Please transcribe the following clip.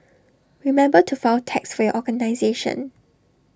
remember to file tax for your organisation